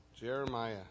Jeremiah